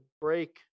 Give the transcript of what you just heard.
break